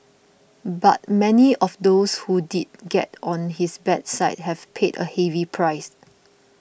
but many of those who did get on his bad side have paid a heavy price